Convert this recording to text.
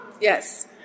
Yes